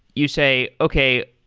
you say, okay.